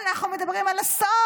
אנחנו מדברים על אסון.